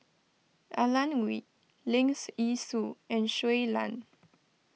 Alan Oei Leong's Yee Soo and Shui Lan